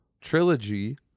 trilogy